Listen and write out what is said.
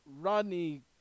Rodney